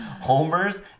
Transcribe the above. Homers